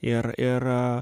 ir ir